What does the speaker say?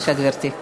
בבקשה, גברתי.